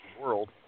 world